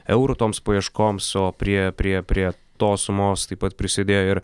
eurų toms paieškoms o prie prie prie tos sumos taip pat prisidėjo ir